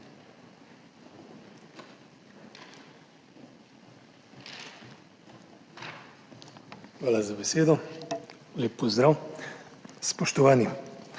Hvala za besedo. Lep pozdrav! Spoštovani!